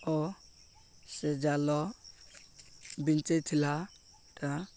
ଓ ସେ ଜାଲ ବିଞ୍ଚାଇ ଥିଲାଟା